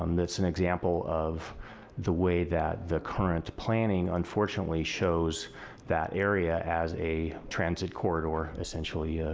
um that's an example of the way that the current planning unfortunately shows that area as a transit corridor essentially,